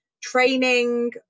training